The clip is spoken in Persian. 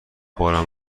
بارم